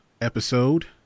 episode